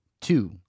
two